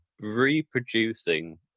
reproducing